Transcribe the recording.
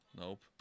nope